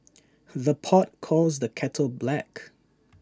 the pot calls the kettle black